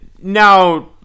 Now